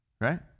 Right